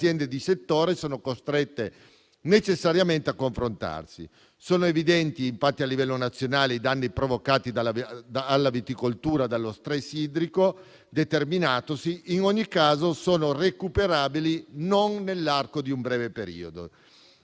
le aziende di settore sono costrette necessariamente a confrontarsi. Sono evidenti gli impatti a livello nazionale e i danni provocati alla viticoltura dallo stress idrico determinatosi; in ogni caso, sono recuperabili non nell'arco di un breve periodo.